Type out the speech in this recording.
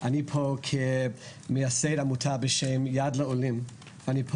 אני פה כמייסד עמותה בשם יד לעולים ואניפה